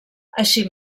així